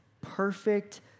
perfect